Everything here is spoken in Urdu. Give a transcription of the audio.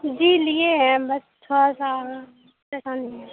جی لیے ہیں بس تھوڑا سا پریسانی ہے